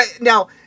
now